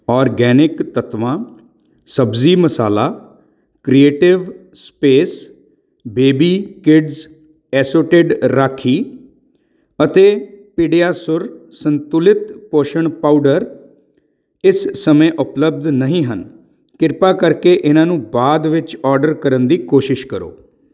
organic Tattva ਸਬਜ਼ੀ ਮਸਾਲਾ creative space baby kids assorted rakhi ਅਤੇ ਪੀਡਿਆਸੁਰ ਸੰਤੁਲਿਤ ਪੋਸ਼ਣ ਪਾਊਡਰ ਇਸ ਸਮੇਂ ਉਪਲਬਧ ਨਹੀਂ ਹਨ ਕਿਰਪਾ ਕਰਕੇ ਇਹਨਾਂ ਨੂੰ ਬਾਅਦ ਵਿੱਚ ਆਰਡਰ ਕਰਨ ਦੀ ਕੋਸ਼ਿਸ਼ ਕਰੋ